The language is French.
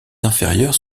inférieures